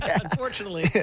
Unfortunately